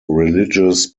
religious